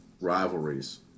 rivalries